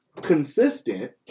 consistent